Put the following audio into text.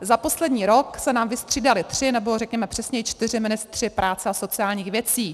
Za poslední rok se nám vystřídali tři, nebo řekněme přesněji čtyři ministři práce a sociálních věcí.